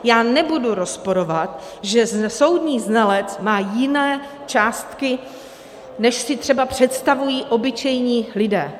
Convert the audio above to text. Já nebudu rozporovat, že soudní znalec má jiné částky, než si třeba představují obyčejní lidé.